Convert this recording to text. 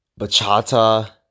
bachata